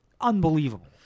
unbelievable